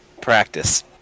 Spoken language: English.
Practice